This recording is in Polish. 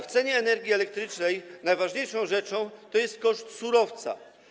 W cenie energii elektrycznej najważniejszą rzeczą to jest koszt surowca.